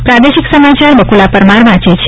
પ્રાદેશિક સમાચાર બકુલા પરમાર વાંચે છે